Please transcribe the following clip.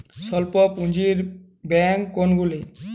স্বল্প পুজিঁর ব্যাঙ্ক কোনগুলি?